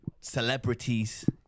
celebrities